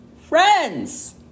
Friends